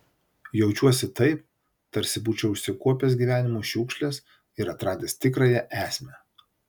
jaučiuosi taip tarsi būčiau išsikuopęs gyvenimo šiukšles ir atradęs tikrąją esmę